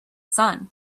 sun